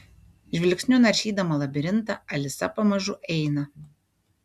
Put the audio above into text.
žvilgsniu naršydama labirintą alisa pamažu eina